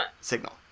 signal